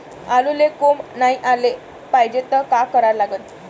आलूले कोंब नाई याले पायजे त का करा लागन?